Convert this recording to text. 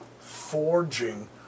forging